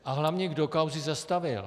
A hlavně, kdo kauzy zastavil.